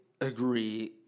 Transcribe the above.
agree